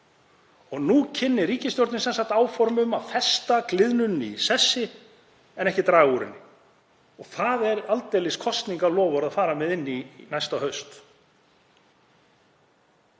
Og nú kynnir ríkisstjórnin sem sagt áform um að festa gliðnunina í sessi en ekki draga úr henni. Það er aldeilis kosningaloforð að fara með inn í næsta haust.